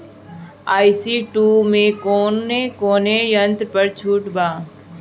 ई.सी टू मै कौने कौने यंत्र पर छुट बा?